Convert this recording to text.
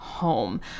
home